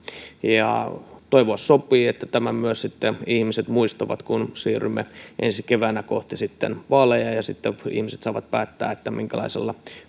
toivoa sopii että tämän myös sitten ihmiset muistavat kun siirrymme ensi keväänä kohti vaaleja ja sitten ihmiset saavat päättää minkälaisella